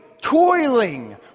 toiling